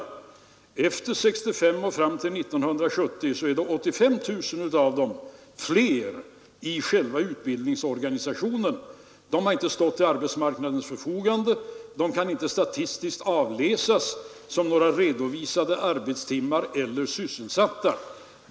Efter 1965 och fram till 1970 är det 85 000 fler ungdomar i själva utbildningsgången. Dessa ungdomar har inte stått till arbetsmarknadens förfogande, och de kan inte statistiskt avläsas i form av några redovisade arbetstimmar eller sysselsatta.